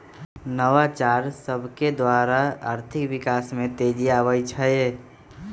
नवाचार सभकेद्वारा आर्थिक विकास में तेजी आबइ छै